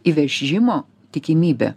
įvežimo tikimybė